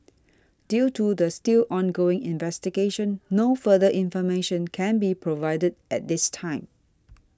due to the still ongoing investigation no further information can be provided at this time